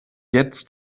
jetzt